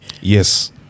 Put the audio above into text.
Yes